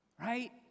right